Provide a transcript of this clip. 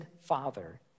father